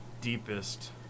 deepest